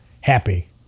happy